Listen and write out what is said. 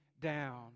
down